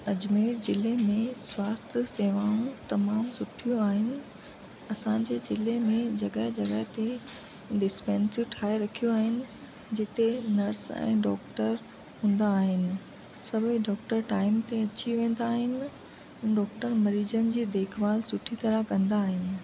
अजमेर ज़िले में स्वास्थ्य सेवाऊं तमामु सुठियूं आहिनि असांजे ज़िले में जॻह जॻह ते डिस्पैंसरियूं ठाहे रखियो आहिनि जिते नर्स ऐं डॉक्टर हूंदा आहिनि सभई डॉक्टर टाइम ते अची वेंदा आहिनि ऐं डॉक्टर मरीजनि जी देखभाल सुठी तरह कंदा आहिनि